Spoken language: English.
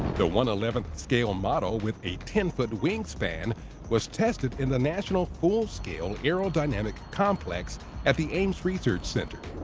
the one eleventh scale model with a ten foot wingspan was tested in the national full-scale aerodynamic complex at the ames research center.